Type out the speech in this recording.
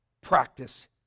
practice